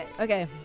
Okay